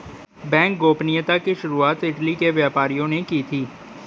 bank गोपनीयता की शुरुआत इटली के व्यापारियों ने की थी